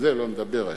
על זה לא נדבר היום.